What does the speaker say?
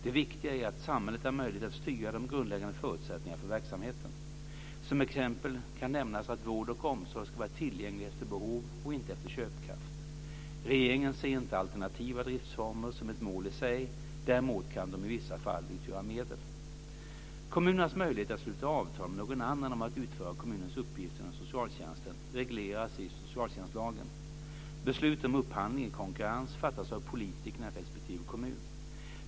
Det viktiga är att samhället har möjlighet att styra de grundläggande förutsättningarna för verksamheten. Som exempel kan nämnas att vård och omsorg ska vara tillgängliga efter behov och inte efter köpkraft. Regeringen ser inte alternativa driftsformer som ett mål i sig; däremot kan de i vissa fall utgöra medel. Kommunernas möjlighet att sluta avtal med någon annan om att utföra kommunens uppgifter inom socialtjänsten regleras i socialtjänstlagen. Beslut om upphandling i konkurrens fattas av politikerna i respektive kommun.